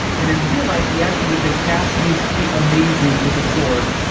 and in real life, the actor that they cast needs to be amazing with a sword.